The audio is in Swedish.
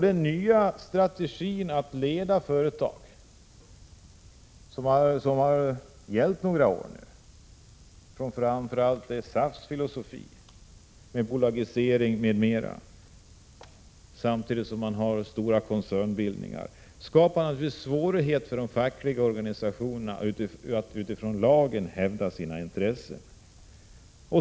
Den nya strategin för ledandet av företag, vilken nu har tillämpats några år och vilken framför allt bygger på SAF:s filosofi om bl.a. bolagiseringar, tillsammans med de omfattande koncernbildningarna skapar naturligtvis stora svårigheter för de fackliga organisationerna att utifrån lagens bestämmelser hävda sina intressen.